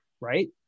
right